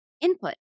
input